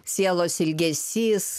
sielos ilgesys